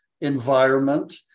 environment